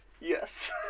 Yes